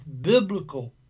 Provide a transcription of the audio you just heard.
biblical